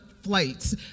flights